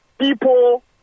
people